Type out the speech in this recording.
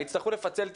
יצטרכו לפצל טיולים,